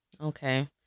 Okay